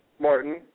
Martin